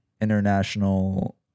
international